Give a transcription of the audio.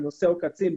בנושא עוקצים,